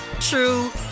true